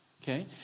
Okay